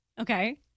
okay